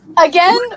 again